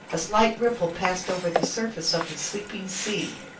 a slight ripple passed over the surface of the sleeping sea.